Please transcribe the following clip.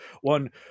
one